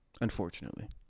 Unfortunately